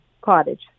cottage